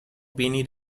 بینی